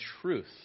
truth